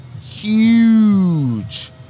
huge